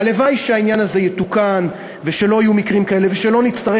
שהעניין הזה יתוקן ושלא יהיו מקרים כאלה ושלא נצטרך